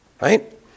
right